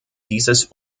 dieses